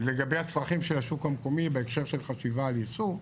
לגבי הצרכים של השוק המקומי בהקשר של חשיבה על ייצוא,